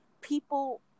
People